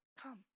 come